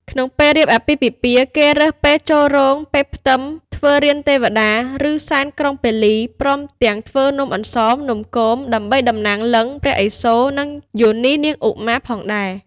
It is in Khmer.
ក្នុងពេលរៀបអាពាហ៍ពិពាហ៍ គេរើសពេលចូលរោង ពេលផ្ទឹម ធ្វើរានទេវតា ឬសែនក្រុងពាលី ព្រមទាំងធ្វើនំអន្សម និងនំគម ដើម្បីតំណាងលិង្គ ព្រះឥសូរ និងយោនីនាងឧមាផងដែរ។